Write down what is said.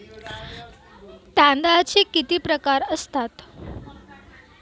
तांदळाचे किती प्रकार असतात?